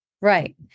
Right